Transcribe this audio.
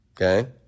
Okay